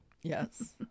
yes